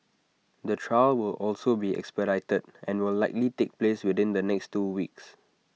the trial will also be expedited and will likely take place within the next two weeks